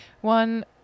One